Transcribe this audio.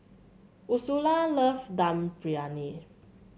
Ursula love Dum Briyani